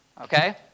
Okay